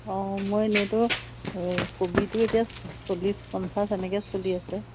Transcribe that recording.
অঁ মই এনেইতো কবিটো এতিয়া চল্লিছ পঞ্চাছ এনেকৈ চলি আছে